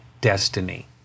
destiny